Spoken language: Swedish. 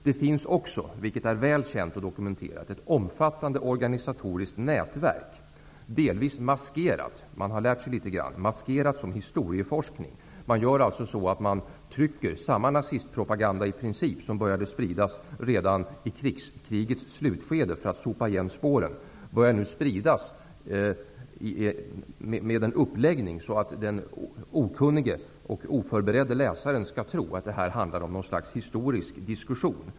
Det finns också, vilket är väl känt och dokumenterat, ett omfattande organisatoriskt nätverk. Det är delvis maskerat -- man har lärt sig litet grand -- som historieforskning. Man trycker i princip samma nazistpropaganda som började spridas redan i krigets slutskede för att sopa igen spåren. Man har en sådan uppläggning att den okunniga och oförberedda läsaren skall tro att det handlar om ett slags historisk diskussion.